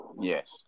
Yes